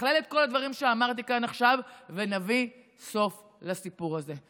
שתתכלל את כל הדברים שאמרתי כאן עכשיו ונביא סוף לסיפור הזה.